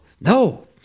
no